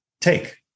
take